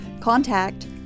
contact